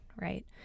right